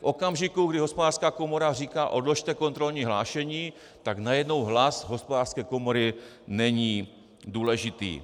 V okamžiku, kdy Hospodářská komora říká: odložte kontrolní hlášení, tak najednou hlas Hospodářské komory není důležitý.